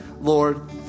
Lord